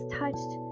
touched